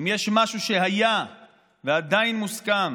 אם יש משהו שהיה ועדיין מוסכם